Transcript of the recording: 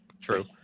True